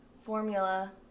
formula